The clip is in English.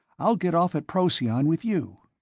i'll get off at procyon with you.